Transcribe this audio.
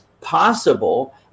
possible